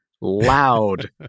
loud